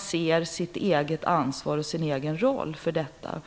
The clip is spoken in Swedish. ser sitt eget ansvar och sin egen roll i det hela.